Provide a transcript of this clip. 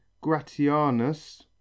gratianus